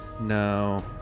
No